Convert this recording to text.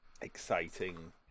exciting